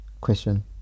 Question